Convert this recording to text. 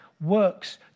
works